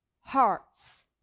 hearts